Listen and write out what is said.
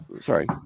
Sorry